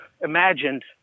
imagined